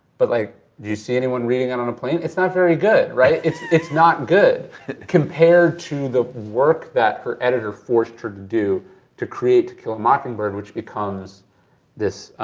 but like do you see anyone reading it on a plane? it's not very good, it's it's not good compared to the work that her editor forced her to do to create to kill a mockingbird, which becomes this